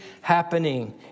happening